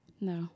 No